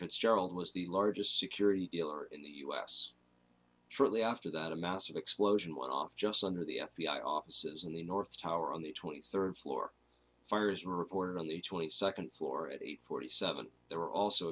fitzgerald was the largest security dealer in the us truly after that a massive explosion went off just under the f b i offices in the north tower on the twenty third floor fires were reported on the twenty second floor at eight forty seven there were also